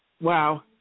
Wow